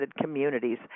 communities